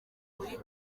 muri